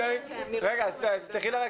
להתייחס?